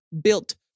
built